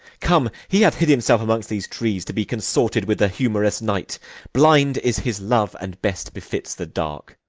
come, he hath hid himself among these trees, to be consorted with the humorous night blind is his love, and best befits the dark.